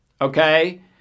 Okay